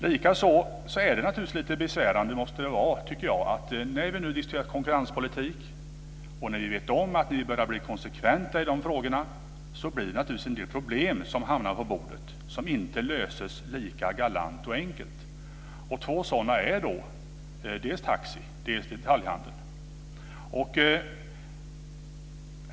Det är naturligtvis lite besvärande att när vi har diskuterat konkurrenspolitik, och vi vet om att moderaterna börjar bli konsekventa i frågorna, hamnar en del problem på bordet som inte löses lika galant och enkelt. Två sådana problem är dels taxi, dels detaljhandeln.